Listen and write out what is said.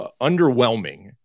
underwhelming